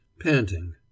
panting